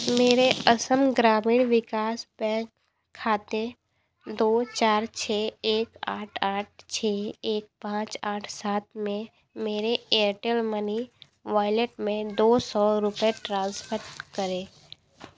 मेरे असम ग्रामीण विकास बैंक खाते दो चार छः एक आठ आठ छः एक पाँच आठ सात में मेरे एयरटेल मनी वॉलेट में दो सौ रुपये ट्रांसफ़र करें